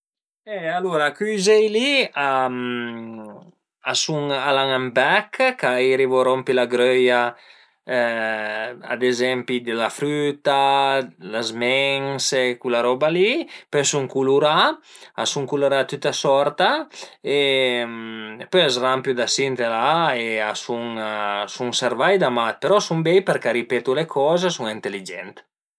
E alura cui üzei li a sun al an ën bech chë a i arivu a rumpi la gröia ad ezempi d'la früta, d'le zmense cula roba li, pöi a sun culurà, a sun culurà dë tüta sorta e pöi a s'rampiu da si e da la e a sun a sun servai da mat però a sun bei përché a ripetu le coze e a sun ënteligent